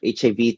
HIV